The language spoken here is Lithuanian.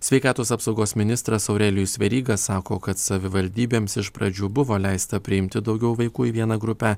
sveikatos apsaugos ministras aurelijus veryga sako kad savivaldybėms iš pradžių buvo leista priimti daugiau vaikų į vieną grupę